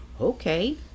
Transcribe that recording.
Okay